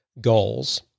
goals